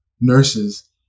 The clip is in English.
nurses